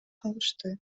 калышты